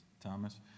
thomas